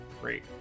Great